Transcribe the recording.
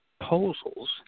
proposals